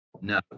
no